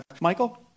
Michael